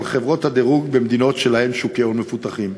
חברות הדירוג במדינות שלהן שוקי הון מפותחים.